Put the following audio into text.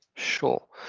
sure.